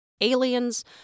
Aliens